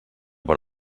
per